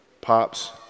pops